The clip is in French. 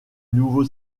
nouveau